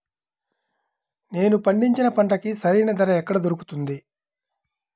నేను పండించిన పంటకి సరైన ధర ఎక్కడ దొరుకుతుంది?